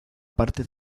parte